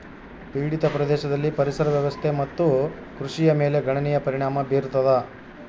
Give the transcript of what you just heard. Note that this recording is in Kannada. ಪೀಡಿತ ಪ್ರದೇಶದಲ್ಲಿ ಪರಿಸರ ವ್ಯವಸ್ಥೆ ಮತ್ತು ಕೃಷಿಯ ಮೇಲೆ ಗಣನೀಯ ಪರಿಣಾಮ ಬೀರತದ